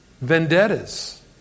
vendettas